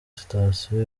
sitasiyo